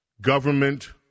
government